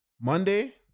Monday